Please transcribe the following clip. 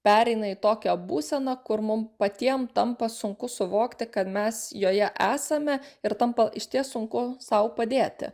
pereina į tokią būseną kur mum patiem tampa sunku suvokti kad mes joje esame ir tampa išties sunku sau padėti